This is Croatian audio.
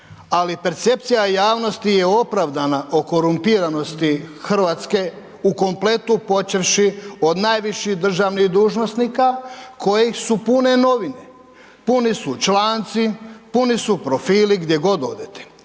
ali percepcija javnosti je opravdana o korumpiranosti Hrvatske u kompletu počevši od najviših državnih dužnosnika kojih su pune novine. Puni su članci, puni su profili gdje god odete.